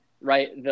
right